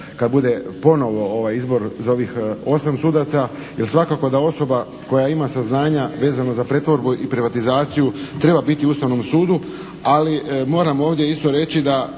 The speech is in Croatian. kad bude ponovo izbor za ovih osam sudaca, jer svakako da osoba koja ima saznanja vezano za pretvorbu i privatizaciju treba biti u Ustavnom sudu. Ali moram ovdje isto reći da